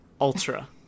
Ultra